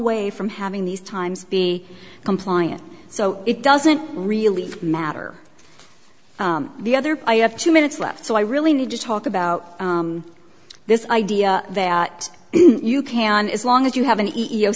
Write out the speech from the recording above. way from having these times be compliant so it doesn't really matter the other i have two minutes left so i really need to talk about this idea that you can as long as you have an e